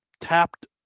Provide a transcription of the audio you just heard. tapped